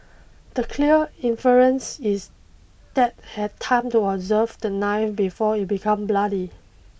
the clear inference is that had time to observe the knife before it become bloody